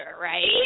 right